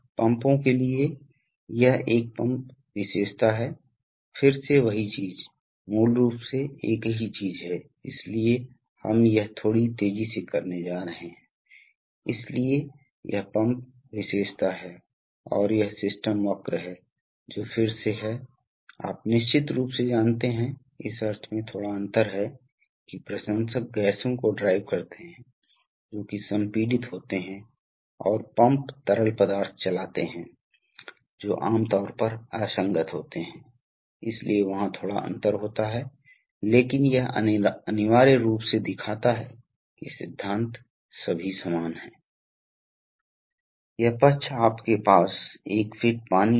इसी तरह यह एक और एप्लिकेशन है उदाहरण के लिए देखें यह एक तीन तरफा वाल्व अनुप्रयोग है जहां यदि आप इसे इस स्थिति से जोड़ते हैं तो वाल्व इस तरह से आगे बढ़ेगा ये स्प्रिंग्स हैं इसलिए वाल्व स्प्रिंग लोडेड है और इसलिए वापसी के लिए आपको किसी दबाव की आवश्यकता नहीं है और आप बस वाल्व को शिफ्ट करते हैं इसलिए यह इस पोर्ट से जुड़ जाएगा जो निकास है और फिर स्प्रिंग्स क्रिया के बाद से इस तरफ से जब यह निकास से जुड़ता है तो इस पक्ष पर दबाव कम होता है इसलिए स्प्रिंग्स क्रिया द्वारा वाल्व वापस आ सकती है